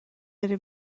بره